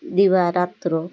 দিবারাত্র